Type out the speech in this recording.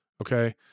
Okay